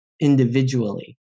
individually